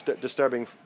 disturbing